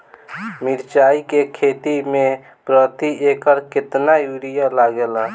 मिरचाई के खेती मे प्रति एकड़ केतना यूरिया लागे ला?